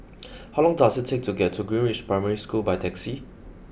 how long does it take to get to Greenridge Primary School by taxi